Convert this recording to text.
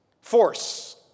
Force